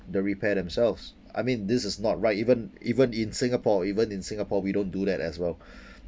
the repair themselves I mean this is not right even even in singapore even in singapore we don't do that as well